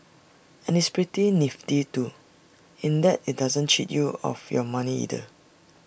and it's pretty nifty too in that IT doesn't cheat you of your money either